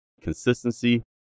consistency